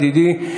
ידידי: